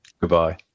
Goodbye